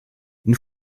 une